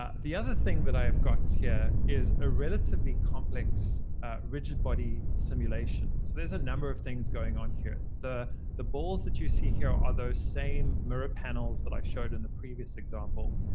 ah the other thing that i have got here is a relatively complex rigid body simulation. so there's a number of things going on here. the the balls that you see here are those same mirror panels that i showed in the previous example.